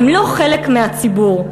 הם לא חלק מהציבור,